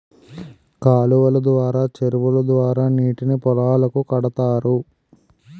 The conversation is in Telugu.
కాలువలు ద్వారా చెరువుల ద్వారా నీటిని పొలాలకు కడతారు